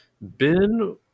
Ben